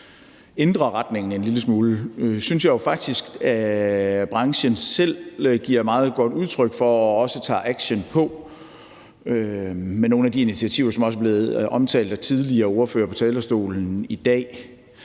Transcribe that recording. ændre retning en lille smule, synes jeg jo faktisk branchen selv giver meget godt udtryk for og også tager action på med nogle af de initiativer, som også er blevet omtalt af tidligere ordførere på talerstolen i dag.